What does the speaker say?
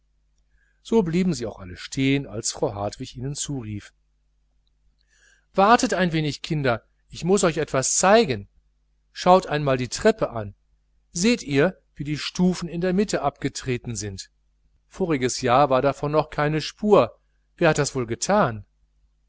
so blieben sie auch alle stehen als frau hartwig ihnen zurief wartet ein wenig kinder ich muß euch etwas zeigen schaut einmal die treppe an seht ihr wie die stufen in der mitte abgetreten sind voriges jahr war davon noch keine spur wer hat das wohl getan